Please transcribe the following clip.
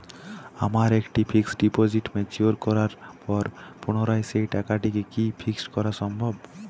আমার একটি fixed deposit mature করার পর পুনরায় সেই টাকাটিকে কি ফিক্সড করা সম্ভব?